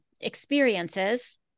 experiences